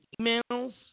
emails